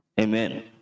Amen